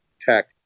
tech